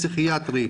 פסיכיאטרים,